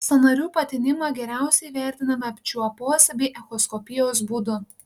sąnarių patinimą geriausiai įvertiname apčiuopos bei echoskopijos būdu